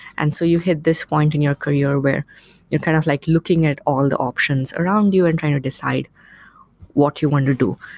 and so you hit this point in your career where you're kind of like looking at all the options around you and trying to decide what you want to do.